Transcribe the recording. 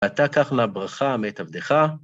אתה קח לה ברכה מאת עבדך.